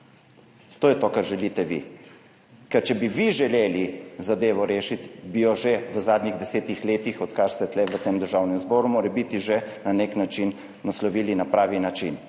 To je to, kar želite vi. Ker če bi vi želeli zadevo rešiti, bi jo že v zadnjih 10 letih, odkar ste tu v Državnem zboru, morebiti že na nek način naslovili na pravi način.